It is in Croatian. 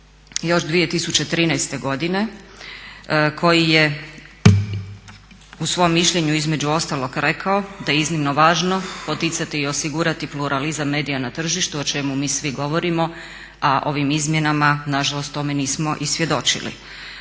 još 2013. godine koji je u svom mišljenju između ostalog rekao da je iznimno važno poticati i osigurati pluralizam medija na tržištu, o čemu mi svi govorimo, a ovim izmjenama nažalost tome nismo i svjedočili.